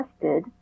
tested